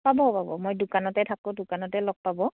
পাব পাব মই দোকানতে থাকোঁ দোকানতে লগ পাব